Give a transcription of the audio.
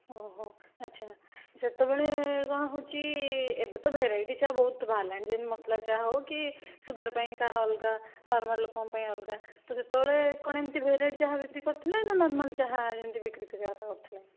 ଓହୋ ଆଚ୍ଛା ଯେତେବେଳେ କ'ଣ ହେଉଛି ଏବେ ତ ଭେରାଇଟି ଚା ବହୁତ ବାହାରିଲାଣି ଯେମିତି ମସଲା ଚାହା ହଉ କି ସୁଗାର ପାଇଁ କାହାର ଅଲଗା ନର୍ମାଲ ଲୋକଙ୍କପାଇଁ ଅଲଗା ତ ସେତେବେଳେ କ'ଣ ଏମିତି ଭେରାଇଟି ଚାହା ବିକ୍ରି କରୁଥିଲେ ନା ନର୍ମାଲ ଚାହା ଯେମିତି ବିକ୍ରି କରିବା କଥା କରୁଥିଲେ